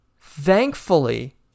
Thankfully